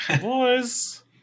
boys